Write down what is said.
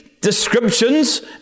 descriptions